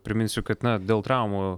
priminsiu kad na dėl traumų